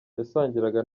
yasangiraga